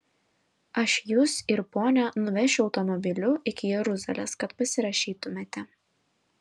aš jus ir ponią nuvešiu automobiliu iki jeruzalės kad pasirašytumėte